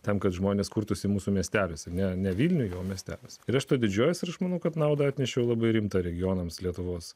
tam kad žmonės kurtųsi mūsų miesteliuose ne ne vilniuje o miesteliuose ir aš didžiuojuosi ir aš manau kad naudą atnešė labai rimta regionams lietuvos